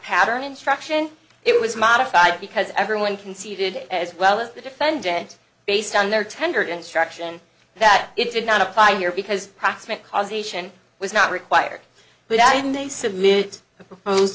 pattern instruction it was modified because everyone conceded as well as the defendant based on their tendered instruction that it did not apply here because proximate cause ation was not required without and they submit the proposed